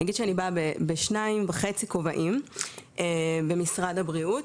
אני אגיד שאני באה לכאן בשניים וחצי כובעים במשרד הבריאות.